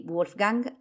Wolfgang